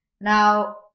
Now